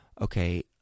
okay